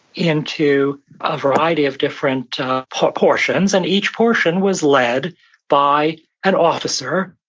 into a variety of different portions, and each portion was led by an officer,